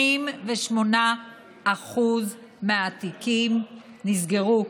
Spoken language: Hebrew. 83% מהתיקים נסגרו,